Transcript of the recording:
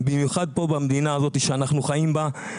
במיוחד פה במדינה הזאת שאני חיים בה,